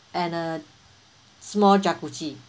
and a small jacuzzi